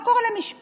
מה קורה למשפחות